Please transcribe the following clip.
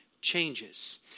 changes